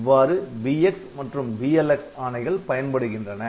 இவ்வாறு BX மற்றும் BLX ஆணைகள் பயன்படுகின்றன